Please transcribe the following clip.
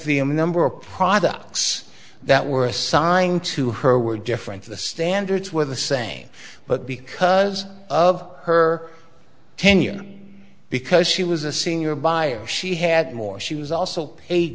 m number of products that were assigned to her were different the standards were the same but because of her tenure because she was a senior buyer she had more she was also